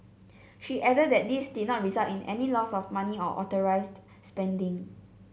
she added that this did not result in any loss of money or unauthorised spending